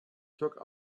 took